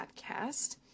podcast